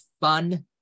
fun